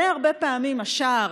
זה הרבה פעמים השער,